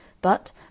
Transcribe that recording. But